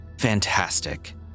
Fantastic